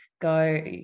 go